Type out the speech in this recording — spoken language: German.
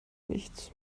nichts